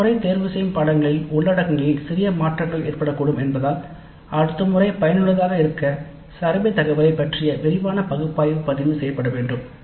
அடுத்த முறை தேர்ந்தெடுக்கப்பட்ட பாடநெறியின் உள்ளடக்கங்களில் சிறிய மாற்றங்கள் ஏற்படக்கூடும் என்பதால் அடுத்த முறை பயனுள்ளதாக இருக்க சர்வே தகவலைப் பற்றிய விரிவான பகுப்பாய்வு பதிவு செய்யப்பட வேண்டும்